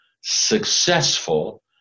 successful